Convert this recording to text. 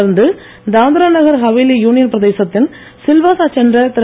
தொடர்ந்து தாத்ரா நாகர் ஹவேலி யூனியன் பிரதேசத்தின் சில்வாசா சென்ற திரு